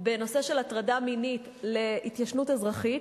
בנושא של הטרדה מינית לתקופת ההתיישנות האזרחית.